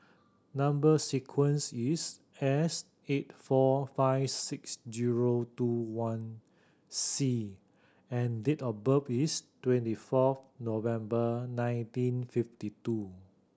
number sequence is S eight four five six zero two one C and date of birth is twenty fourth November nineteen fifty two